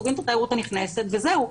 סוגרים את התיירות הנכנסת וזהו.